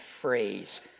phrase